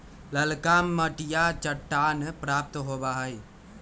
ललका मटिया चट्टान प्राप्त होबा हई